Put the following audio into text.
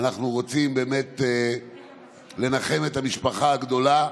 אנחנו רוצים באמת לנחם את המשפחה הגדולה,